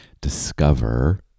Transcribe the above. discover